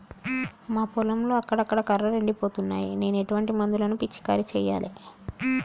మా పొలంలో అక్కడక్కడ కర్రలు ఎండిపోతున్నాయి నేను ఎటువంటి మందులను పిచికారీ చెయ్యాలే?